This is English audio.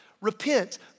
repent